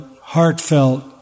heartfelt